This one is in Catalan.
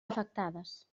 afectades